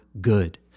good